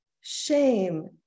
shame